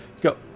go